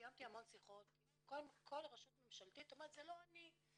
קיימתי המון שיחות וכל רשות ממשלתית אומרת "זה לא אני",